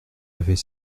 avait